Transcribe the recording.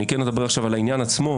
אני כן אדבר עכשיו על העניין עצמו